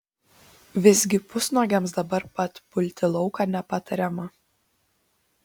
visgi pusnuogiams dabar pat pulti lauką nepatariama